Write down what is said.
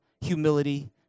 humility